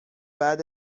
بعد